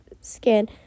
skin